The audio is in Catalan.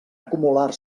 acumular